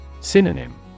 Synonym